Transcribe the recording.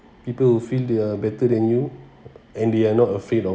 people who feel they are better than you and they are not afraid of